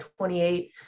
28